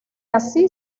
así